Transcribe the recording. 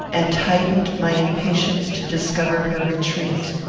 and heightened my impatience to discover her retreat.